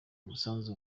umusanzu